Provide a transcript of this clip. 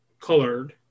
colored